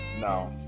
No